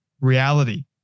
reality